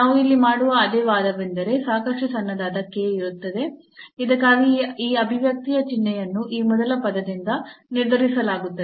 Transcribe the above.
ನಾವು ಇಲ್ಲಿ ಮಾಡುವ ಅದೇ ವಾದವೆಂದರೆ ಸಾಕಷ್ಟು ಸಣ್ಣದಾದ k ಇರುತ್ತದೆ ಇದಕ್ಕಾಗಿ ಈ ಅಭಿವ್ಯಕ್ತಿಯ ಚಿಹ್ನೆಯನ್ನು ಈ ಮೊದಲ ಪದದಿಂದ ನಿರ್ಧರಿಸಲಾಗುತ್ತದೆ